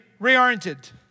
reoriented